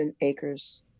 acres